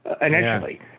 initially